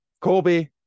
colby